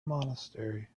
monastery